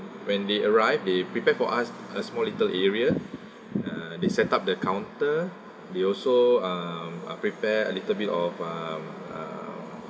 when they arrived they prepared for us a small little area uh they set up the counter they also um uh prepare a little bit of um uh